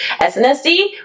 SNSD